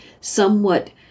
somewhat